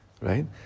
Right